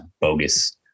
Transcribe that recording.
bogus